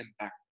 impact